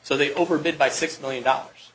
so they overbid by six million dollars